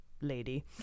lady